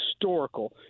historical